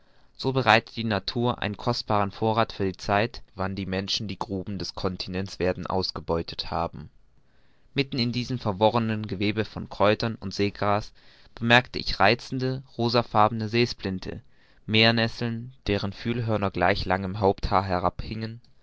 so bereitet die natur einen kostbaren vorrath für die zeit wann die menschen die gruben des continents werden ausgebeutet haben mitten in diesem verworrenen gewebe von kräutern und seegras bemerkte ich reizende rosenfarbene seesplinte meernesseln deren fühlhörner gleich langem haupthaar herabhingen